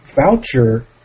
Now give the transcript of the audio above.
Voucher